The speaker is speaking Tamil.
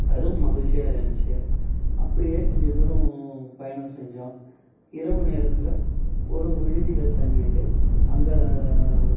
அதுவும் மகிழ்ச்சியாக இருந்ச்சு அப்படியே கொஞ்சம் தூரம் பயணம் செஞ்சோம் இரவு நேரத்தில் ஒரு விடுதியில தங்கிட்டு அங்கே